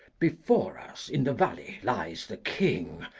before us in the valley lies the king,